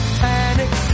panic